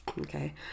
okay